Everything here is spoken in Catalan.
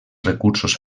recursos